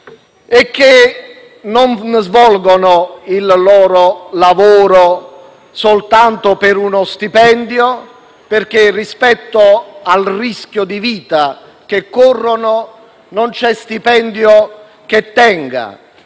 che svolgono il loro lavoro non soltanto per lo stipendio perché, rispetto al rischio di vita che corrono, non c'è stipendio che tenga.